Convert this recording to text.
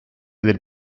del